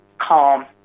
calm